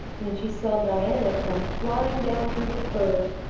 when she saw diana come flying down through the firs,